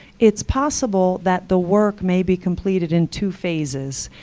it's possible that the work may be completed in two phases.